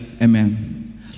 Amen